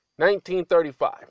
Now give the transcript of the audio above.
1935